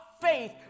faith